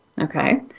Okay